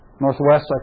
Northwest